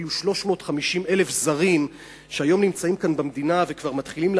אפילו 350,000 זרים שהיום נמצאים כאן במדינה וכבר מתחילים להיות